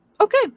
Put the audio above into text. okay